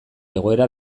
egoera